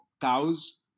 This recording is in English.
Cows